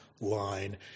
line